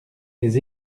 les